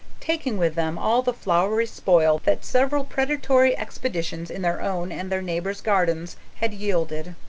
taking with them all the flowery spoil that several predatory expeditions in their own and their neighbors' gardens had yielded.